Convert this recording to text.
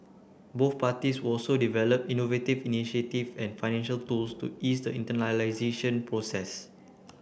both parties will also develop innovative initiatives and financial tools to ease the internationalisation process